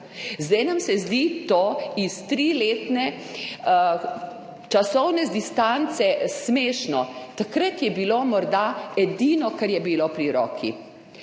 Zdaj se nam zdi to s triletne časovne distance smešno, takrat je bilo morda edino, kar je bilo pri roki.